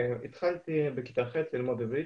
והתחלתי בכיתה ח' ללמוד עברית.